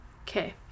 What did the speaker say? Okay